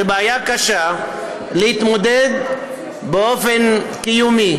הבעיה שקשה להתמודד באופן קיומי,